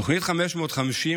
תוכנית 550,